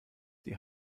die